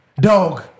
dog